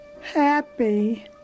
happy